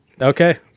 Okay